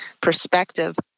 perspective